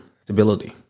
stability